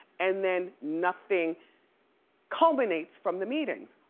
and then nothing culminates from the meetings,